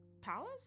Palace